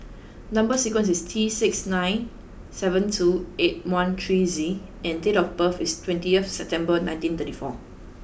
number sequence is T six nine seven two eight nine three Z and date of birth is twentieth September nineteen thirty four